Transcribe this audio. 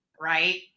Right